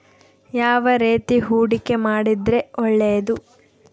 ಯಾವ ರೇತಿ ಹೂಡಿಕೆ ಮಾಡಿದ್ರೆ ಒಳ್ಳೆಯದು?